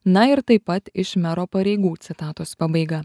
na ir taip pat iš mero pareigų citatos pabaiga